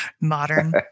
Modern